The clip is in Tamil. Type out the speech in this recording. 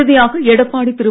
இறுதியாக எடப்பாடி திரு